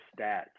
stats